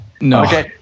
No